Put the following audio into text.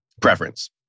preference